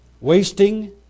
wasting